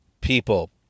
people